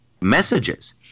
messages